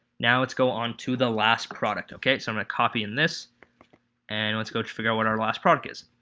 now let's go on to the last product okay so i'm gonna copy in this and let's go to figure out what our last product is